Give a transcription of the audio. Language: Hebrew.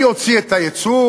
אני אוציא את הייצור,